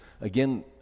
Again